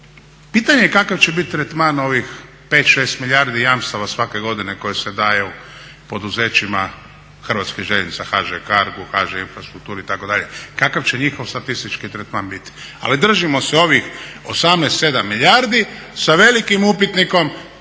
Pitanje je kakav će biti tretman ovih 5, 6 milijardi jamstava svake godine koje se daju poduzećima Hrvatskih željeznica HŽ Cargu, HŽ Infrastrukturi itd. Kakav će njihov statistički tretman biti? Ali držimo se ovih 18,7 milijardi sa velikim upitnikom